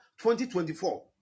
2024